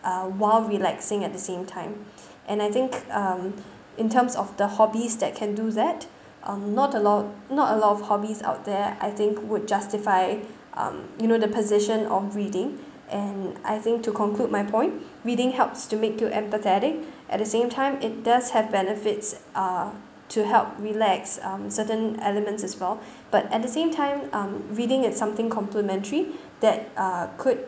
uh while relaxing at the same time and I think um in terms of the hobbies that can do that um not a lot not a lot of hobbies out there I think would justify um you know the position of reading and I think to conclude my point reading helps to make you empathetic at the same time it does have benefits uh to help relax um certain elements as well but at the same time um reading is something complementary that uh could